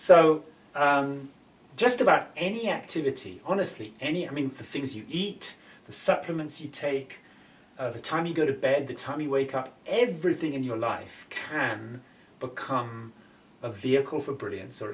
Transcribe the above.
so just about any activity honestly any i mean for things you eat the supplements you take the time you go to bed the time you wake up everything in your life can become a vehicle for brillian